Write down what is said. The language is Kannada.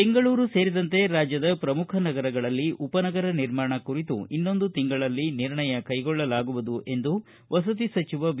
ಬೆಂಗಳೂರು ಸೇರಿದಂತೆ ರಾಜ್ಯದ ಪ್ರಮುಖ ನಗರಗಳಲ್ಲಿ ಉಪನಗರ ನಿರ್ಮಾಣ ಕುರಿತು ಇನ್ನೊಂದು ತಿಂಗಳಲ್ಲಿ ನಿರ್ಣಯ ಕೈಗೊಳ್ಳಲಾಗುವುದು ಎಂದು ವಸತಿ ಸಚಿವ ವಿ